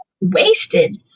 wasted